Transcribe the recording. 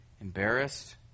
embarrassed